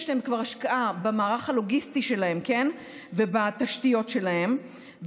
יש להם כבר השקעה במערך הלוגיסטי שלהם ובתשתיות שלהם,